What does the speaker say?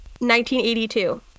1982